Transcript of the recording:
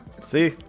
See